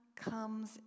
comes